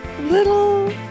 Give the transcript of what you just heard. little